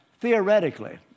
theoretically